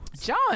John